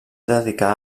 dedicar